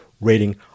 rating